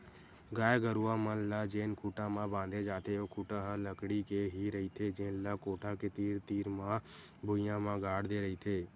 गाय गरूवा मन ल जेन खूटा म बांधे जाथे ओ खूटा ह लकड़ी के ही रहिथे जेन ल कोठा के तीर तीर म भुइयां म गाड़ दे रहिथे